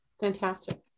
fantastic